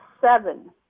seven